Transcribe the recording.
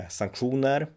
sanktioner